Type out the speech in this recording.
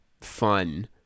fun